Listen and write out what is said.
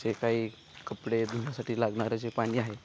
जे काही कपडे धुण्यासाठी लागणारं जे पाणी आहे